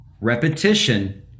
repetition